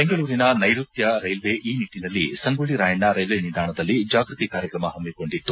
ಬೆಂಗಳೂರಿನ ನೈರುತ್ತ ರೈಲ್ವೆ ಈ ನಿಟ್ಟನಲ್ಲಿ ಸಂಗೊಳ್ಳಿ ರಾಯಣ್ಣ ರೈಲ್ವೆ ನಿಲ್ದಾಣದಲ್ಲಿ ಜಾಗೃತಿ ಕಾರ್ಯಕ್ರಮ ಪಮ್ಮಕೊಂಡಿತ್ತು